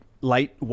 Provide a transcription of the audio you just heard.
light